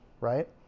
right